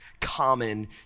common